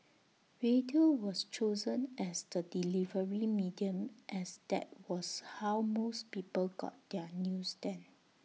radio was chosen as the delivery medium as that was how most people got their news then